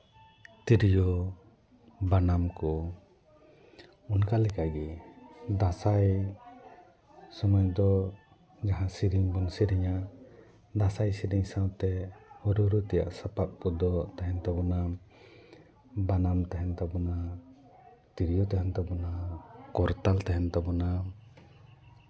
ᱛᱤᱨᱭᱳ ᱵᱟᱱᱟᱢ ᱠᱚ ᱚᱱᱠᱟ ᱞᱮᱠᱟ ᱜᱮ ᱫᱟᱸᱥᱟᱭ ᱥᱚᱢᱚᱭ ᱫᱚ ᱡᱟᱦᱟᱸ ᱥᱮᱨᱮᱧ ᱵᱚᱱ ᱥᱮᱨᱮᱧᱟ ᱫᱟᱸᱥᱟᱭ ᱥᱮᱨᱮᱧ ᱥᱟᱶᱛᱮ ᱨᱩᱨᱩ ᱛᱮᱭᱟᱜ ᱥᱟᱯᱟᱯ ᱠᱚᱫᱚ ᱛᱟᱦᱮᱱ ᱛᱟᱵᱚᱱᱟ ᱵᱟᱱᱟᱢ ᱛᱟᱦᱮᱱ ᱛᱟᱵᱚᱱᱟ ᱛᱤᱨᱭᱳ ᱛᱟᱦᱮᱱ ᱛᱟᱵᱚᱱᱟ ᱠᱚᱨᱛᱟᱞ ᱛᱟᱦᱮᱱ ᱛᱟᱵᱚᱱᱟ